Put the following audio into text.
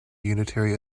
unitary